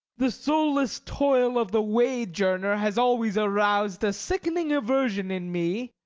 the soulless toil of the wage-earner has always aroused a sickening aversion in me.